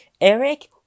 Eric